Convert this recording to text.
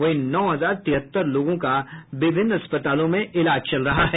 वहीं नौ हजार तिहत्तर लोगों का विभिन्न अस्पतालों में इलाज चल रहा है